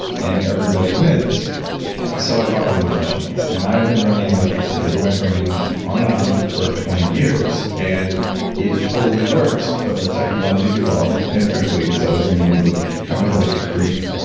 and everybody wins so i bought one of those machines. and i have been running electricity over my brain on and off for twenty years. and it totally works. but, the technology's evolved. and frankly, it's always made me look kind of like a creep.